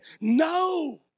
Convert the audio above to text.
no